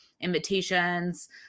invitations